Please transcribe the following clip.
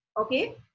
Okay